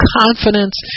confidence